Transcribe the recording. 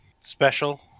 special